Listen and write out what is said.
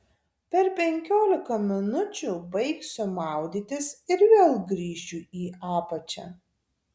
per penkiolika minučių baigsiu maudytis ir vėl grįšiu į apačią